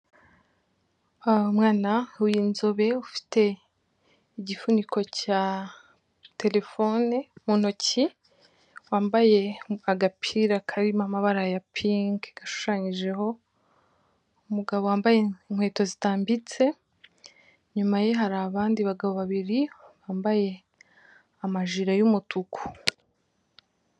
Umwana w'inzobe ufite igifuniko cya telefoni mu ntoki, wambaye agapira karimo amabara ya pinki gashushanyijeho umugabo wambaye inkweto zitambitse, inyuma ye hari abandi bagabo babiri bambaye amajire y'umutuku.